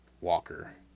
Walker